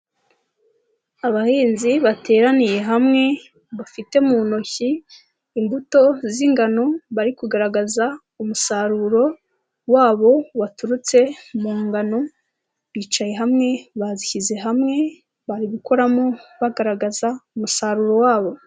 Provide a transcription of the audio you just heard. Abahinzi bateraniye hamwe, bafite mu ntoki, imbuto z'ingano, bari kugaragaza umusaruro wabo waturutse mu ngano, bicaye hamwe, bazishyize hamwe, bari gukoramo, bagaragaza umusaruro wabo.